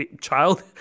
child